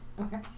Okay